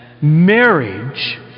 marriage